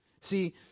See